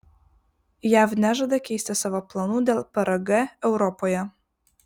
jav nežada keisti savo planų dėl prg europoje